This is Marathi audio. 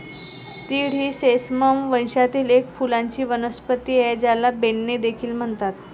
तीळ ही सेसमम वंशातील एक फुलांची वनस्पती आहे, ज्याला बेन्ने देखील म्हणतात